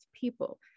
people